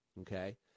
okay